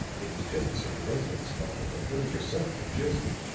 it was just the sort of residence colony that billie herself would have chosen.